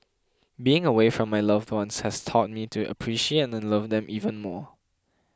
being away from my loved ones has taught me to appreciate and love them even more